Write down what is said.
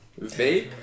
Vape